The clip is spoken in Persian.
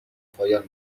پایان